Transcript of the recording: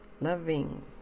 loving